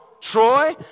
Troy